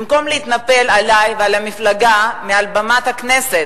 במקום להתנפל עלי ועל המפלגה מעל במת הכנסת,